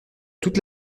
toute